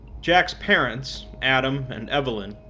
jack's parents, adam and evelyn,